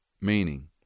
meaning